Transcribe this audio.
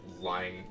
lying